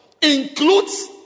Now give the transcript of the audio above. includes